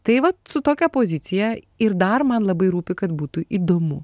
tai vat su tokia pozicija ir dar man labai rūpi kad būtų įdomu